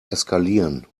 eskalieren